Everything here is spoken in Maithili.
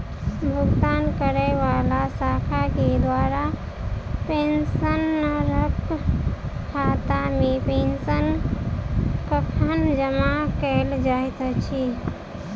भुगतान करै वला शाखा केँ द्वारा पेंशनरक खातामे पेंशन कखन जमा कैल जाइत अछि